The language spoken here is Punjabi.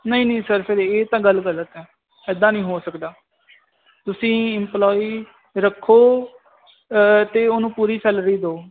ਨਹੀਂ ਨਹੀਂ ਸਰ ਫਿਰ ਇਹ ਤਾਂ ਗੱਲ ਗਲਤ ਆ ਇਦਾਂ ਨਹੀਂ ਹੋ ਸਕਦਾ ਤੁਸੀਂ ਇਮਪਲੋਈ ਰੱਖੋ ਉਹਨੂੰ ਪੂਰੀ ਸੈਲਰੀ ਦੋ